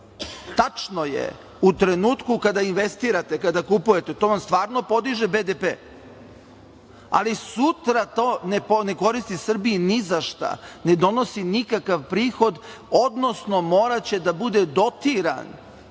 Tačno je, u trenutku kada investirate, kada kupujete to vam stvarno podiže BDP, ali sutra to ne koristi Srbiji nizašta, ne donosi nikakav prihod, odnosno moraće da bude dotiran